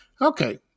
Okay